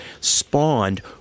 spawned